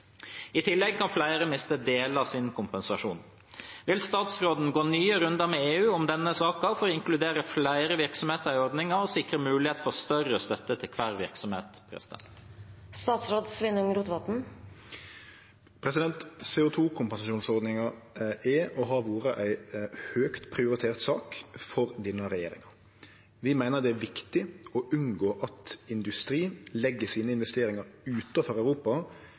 I tillegg kan flere miste deler av sin kompensasjon. Vil statsråden gå nye runder med EU om denne saken for å inkludere flere virksomheter i ordningen og sikre mulighet for større støtte til hver virksomhet?» CO 2 -kompensasjonsordninga er og har vore ei høgt prioritert sak for denne regjeringa. Vi meiner det er viktig å unngå at industri legg sine investeringar utanfor Europa